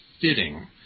fitting